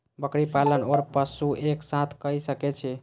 बकरी पालन ओर पशु एक साथ कई सके छी?